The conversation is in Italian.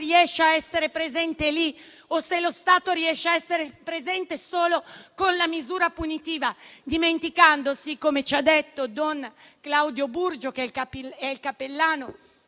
riesce a essere presente lì o se riesce a essere presente solo con la misura punitiva, dimenticando quello che ci ha detto don Claudio Burgio, il cappellano